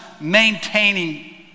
maintaining